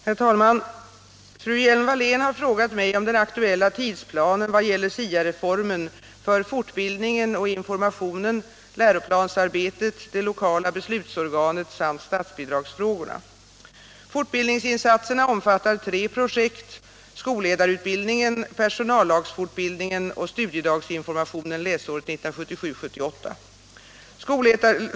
Herr talman! Fru Hjelm-Wallén har frågat mig om den aktuella tidsplanen vad gäller SIA-reformen för fortbildningen och informationen, läroplansarbetet, det lokala beslutsorganet samt statsbidragsfrågorna. Fortbildningsinsatserna omfattar tre projekt: skolledarutbildningen, personallagsfortbildningen och studiedagsinformationen läsåret 1977/78.